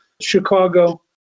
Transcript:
Chicago